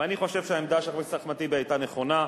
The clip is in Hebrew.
ואני חושב שהעמדה של חבר הכנסת אחמד טיבי היתה נכונה.